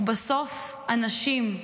הוא בסוף אנשים.